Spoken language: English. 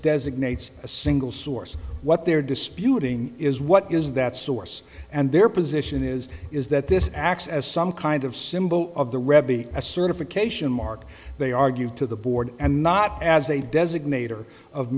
designates a single source what they're disputing is what is that source and their position is is that this acts as some kind of symbol of the rebbie a certification mark they argued to the board and not as a designator of